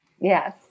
Yes